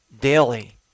daily